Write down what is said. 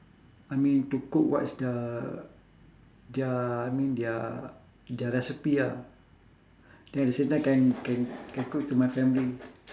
I mean to cook what is the their I mean their their recipe ah then at the same time can can can cook it to my family